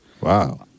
Wow